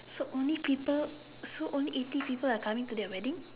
so only people so only eighty people are coming to that wedding